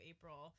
April